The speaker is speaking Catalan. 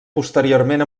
posteriorment